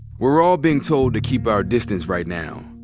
we're all being told to keep our distance right now,